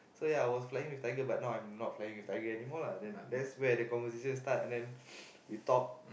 so ya I was flying with Tiger but now I'm not flying with Tiger anymore lah then there's where the conversation start and then we talked